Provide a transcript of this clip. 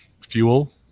Fuel